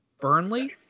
burnley